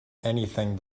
anything